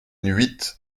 huit